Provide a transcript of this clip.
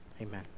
Amen